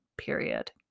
period